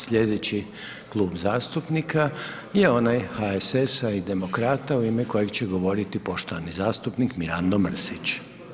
Sljedeći klub zastupnika je onaj HSS-a i Demokrata u ime kojeg će govoriti poštovani zastupnik Mirando Mrsić.